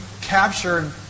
captured